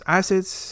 assets